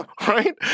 right